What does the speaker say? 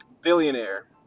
billionaire